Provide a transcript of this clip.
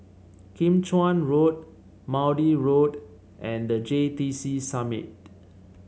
Kim Chuan Road Maude Road and The J T C Summit